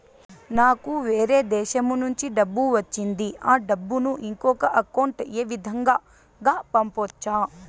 నాకు వేరే దేశము నుంచి డబ్బు వచ్చింది ఆ డబ్బును ఇంకొక అకౌంట్ ఏ విధంగా గ పంపొచ్చా?